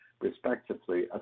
respectively